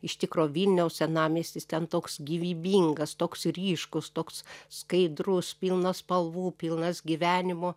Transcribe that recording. iš tikro vilniaus senamiestis ten toks gyvybingas toks ryškus toks skaidrus pilnas spalvų pilnas gyvenimo